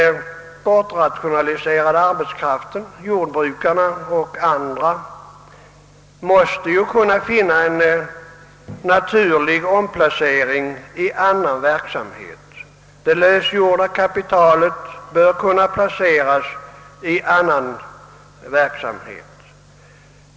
Den bortrationaliserade arbetskraften — jordbrukarna själva och andra — måste finna en naturlig omplacering i annan verksamhet. Det lösgjorda kapitalet bör kunna placeras i annan verksamhet.